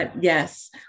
Yes